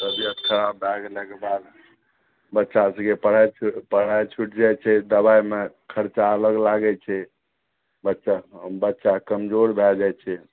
तबियत खराब भऽ गेलाके बाद बच्चा सबके पढ़ाइ छुटि पढ़ाइ छुटि जाइ छै दबाइमे खर्चा अलग लागै छै बच्चा हम बच्चा कमजोर भए जाइ छै